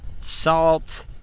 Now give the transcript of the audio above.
salt